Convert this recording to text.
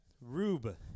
Rube